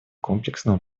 комплексного